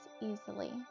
easily